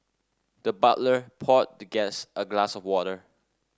the butler poured the guest a glass of water